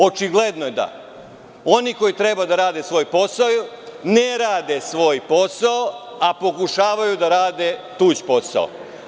Očigledno je da oni koji treba da rade svoj posao ne rade svoj posao, a pokušavaju da rade tuđi posao.